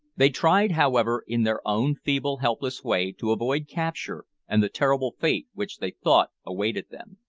they tried, however, in their own feeble, helpless way, to avoid capture and the terrible fate which they thought awaited them.